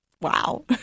wow